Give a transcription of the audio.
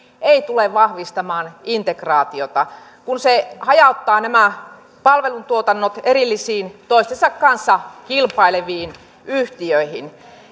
ei tule vahvistamaan integraatiota kun se hajauttaa nämä palvelutuotannot erillisiin toistensa kanssa kilpaileviin yhtiöihin